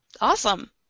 Awesome